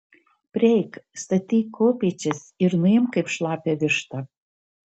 prieik statyk kopėčias ir nuimk kaip šlapią vištą